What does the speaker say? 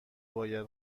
باید